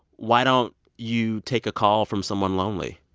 why don't you take a call from someone lonely?